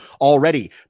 already